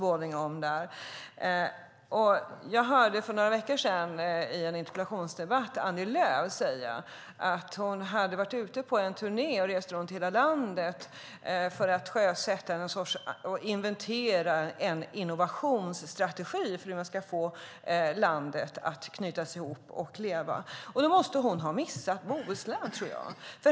För några veckor sedan hörde jag Annie Lööf säga i en interpellationsdebatt att hon hade varit ute på en turné och rest runt i hela landet för att sjösätta och inventera en innovationsstrategi för hur man ska få landet att knytas ihop och leva. Då måste hon ha missat Bohuslän.